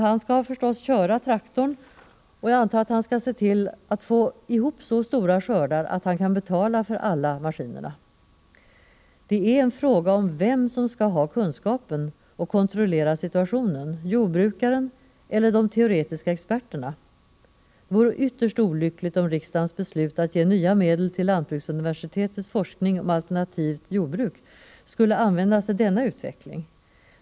Han skall förstås köra traktorn, och jag antar att han skall se till att han får ihop så stora skördar att han kan betala för alla maskinerna. Det är fråga om vem som skall ha kunskapen och kontrollera situationen — jordbrukaren eller de teoretiska experterna. Det vore ytterst olyckligt om riksdagens beslut att ge nya medel till lantbruksuniversitetets forskning om alternativt jordbruk skulle användas till denna utveckling.